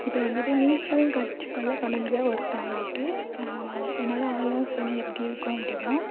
இப்போ வந்துட்டு நீச்சல் கற்றுக்கொள்ள தொடங்குகிற ஒருத்தங்களுக்கு என்னோடய ஆலோசனை எப்படி இருக்கும் அப்படின்னா